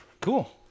Cool